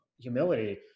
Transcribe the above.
humility